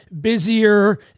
busier